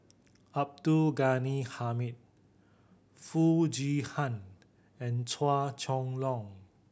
Abdul Ghani Hamid Foo Chee Han and Chua Chong Long